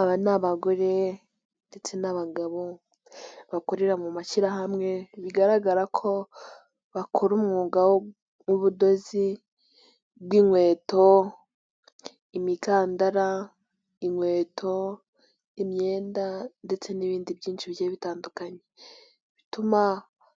Aba ni abagore ndetse n'abagabo, bakorera mu mashyirahamwe bigaragara ko bakora umwuga w'ubudozi bw'inkweto, imikandar,a inkweto, imyenda, ndetse n'ibindi byinshi bigiye bitandukanye, bituma